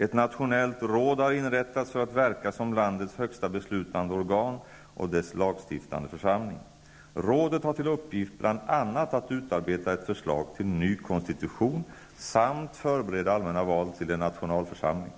Ett nationellt råd har inrättats för att verka som landets högsta beslutande organ och dess lagstiftande församling. Rådet har till uppggift bl.a. att utarbeta ett förslag till ny konstitution samt förbereda allmänna val till en nationalförsamling.